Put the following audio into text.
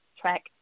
track